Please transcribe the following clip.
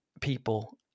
people